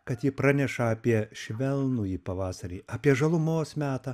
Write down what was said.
kad ji praneša apie švelnųjį pavasarį apie žalumos metą